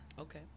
okay